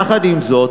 יחד עם זאת,